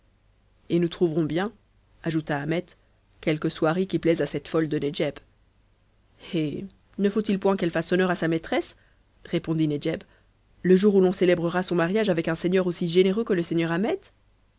et nous trouverons bien ajouta ahmet quelque soierie qui plaise à cette folle de nedjeb eh ne faut-il point qu'elle fasse honneur à sa maîtresse répondit nedjeb le jour où l'on célébrera son mariage avec un seigneur aussi généreux que le seigneur ahmet